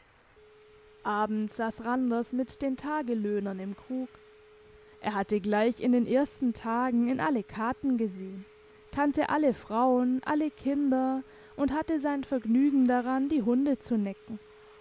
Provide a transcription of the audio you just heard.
abends sass randers mit den tagelöhnern im krug er hatte gleich in den ersten tagen in alle katen gesehen kannte alle frauen alle kinder und hatte sein vergnügen daran die hunde zu necken